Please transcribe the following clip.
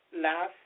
last